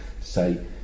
say